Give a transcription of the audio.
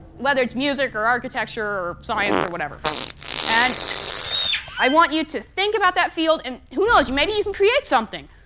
whether it's music or architecture, or science or whatever and i want you to think about that field and, who knows, maybe you can create something.